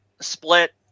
split